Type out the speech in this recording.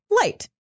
light